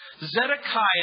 Zedekiah